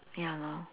ya lor